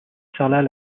sarlat